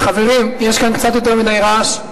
חברים, יש כאן קצת יותר מדי רעש,